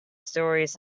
stories